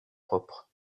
propre